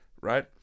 right